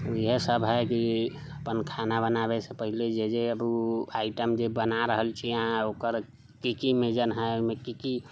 इएह सभ है कि अपन खाना बनाबैसँ पहले जे जे आइटम जे बना रहल छी अहाँ ओकर की की मेजन है ओहिमे की की